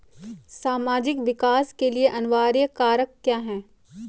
सामाजिक विकास के लिए अनिवार्य कारक क्या है?